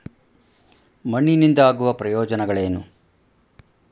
ಮಣ್ಣಿನಿಂದ ಆಗುವ ಪ್ರಯೋಜನಗಳೇನು?